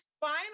final